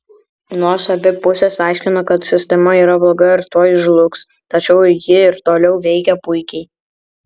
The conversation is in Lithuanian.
nors abi pusės aiškina kad sistema yra bloga ir tuoj žlugs tačiau ji ir toliau veikia puikiai